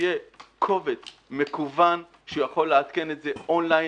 שיהיה קובץ מקוון, שיכול לעדכן את זה און ליין.